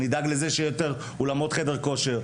נדאג לזה שיהיו יותר אולמות חדר כושר.